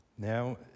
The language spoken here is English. Now